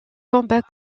combats